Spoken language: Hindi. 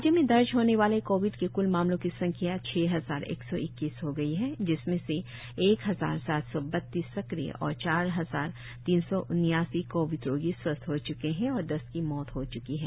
राज्य में दर्ज होने वाले कोविड के क्ल मामलों की संख्या छह हजार एक सौ इक्कीस हो गई है जिसमें से एक हजार सात सौ बत्तीस सक्रिय और चार हजार तीन सौ उन्यासी कोविड रोगी स्वस्थ हो च्के है और दस की मौत हो चुकी है